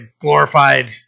glorified